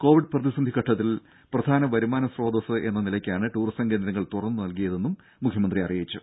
Covid പ്രതിസന്ധി ഘട്ടത്തിൽ പ്രധാന വരുമാന സ്രോതസ്സ് എന്ന നിലയ്ക്കാണ് ടൂറിസം കേന്ദ്രങ്ങൾ തുറന്നു നൽകിയതെന്നും മുഖ്യമന്ത്രി അറിയിച്ചു